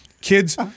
Kids